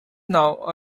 now